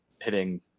hitting